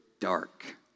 dark